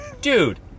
dude